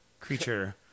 creature